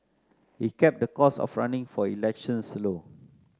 he kept the cost of running for elections low